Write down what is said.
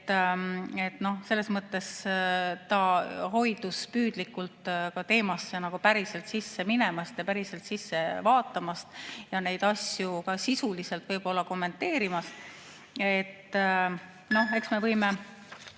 Selles mõttes ta hoidus püüdlikult teemasse päriselt sisse minemast ja päriselt sisse vaatamast ja neid asju sisuliselt kommenteerimast.